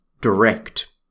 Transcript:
direct